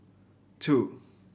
two